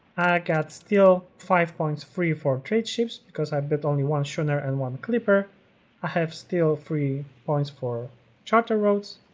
got still five points free for trade ships because i've built only one schooner and one clipper i have still three points for charter routes